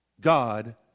God